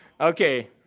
Okay